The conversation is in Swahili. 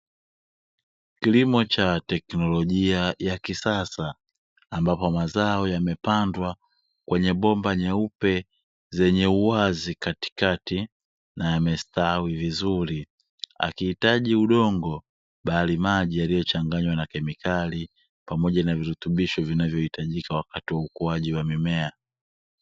Kilimo cha teknolojia ya kisasa ambapo mazao yamepandwa kwenye bomba nyeupe zenye uwazi katikati na yamestawi vizuri, hakihitaji udongo bali maji yaliyochanganywa na kemikali pamoja na virutubisho vinavyohitajika wakati wa ukuaji wa mimea.